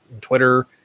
twitter